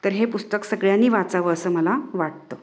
तर हे पुस्तक सगळ्यांनी वाचावं असं मला वाटतं